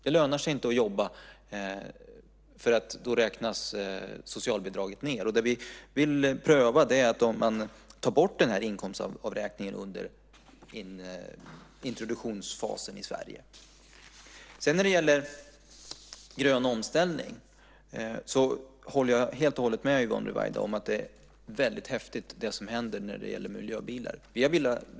Det lönar sig inte att jobba, för då räknas socialbidraget ned. Vi vill pröva att under en introduktionsfas ta bort inkomstavräkningen. När det gäller grön omställning håller jag helt och hållet med Yvonne Ruwaida om att det som nu händer i fråga om miljöbilar är häftigt.